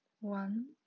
one